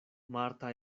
marta